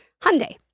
Hyundai